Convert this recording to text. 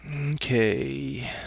Okay